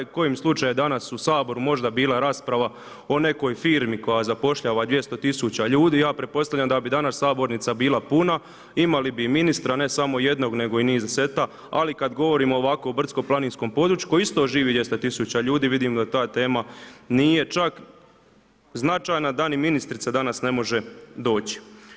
Da je kojim slučajem danas u Saboru možda bila rasprava o nekoj firmi koja zapošljava 200 00 ljudi ja pretpostavljam da bi danas sabornica bila puna, imali bi i ministra, ne samo jednog, nego i … ali kad govorim ovako o brdsko planinskom području koji isto živi 200 000 ljudi, vidim da ta tema nije čak značajna da ni ministrica danas ne može doći.